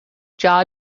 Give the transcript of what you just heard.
jaw